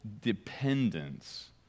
dependence